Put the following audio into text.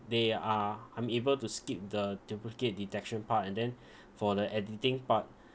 they are I'm able to skip the duplicate detection part and then for the editing part